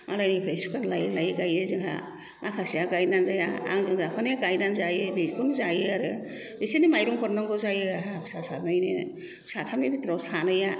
मालायनिफ्राय सुखान लायै लायै गायो जोंहा माखासेया गायना जाया आंजों जाफानाया गायना जायो बेखौनो जायो आरो बिसोरनो मायरं हरनांगौ जायो आंहा फिसा सानैनो साथामनि बिथोराव सानैआ हरनांगौ जायो